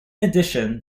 addition